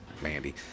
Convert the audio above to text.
mandy